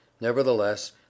Nevertheless